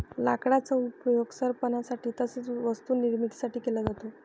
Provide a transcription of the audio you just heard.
लाकडाचा उपयोग सरपणासाठी तसेच वस्तू निर्मिती साठी केला जातो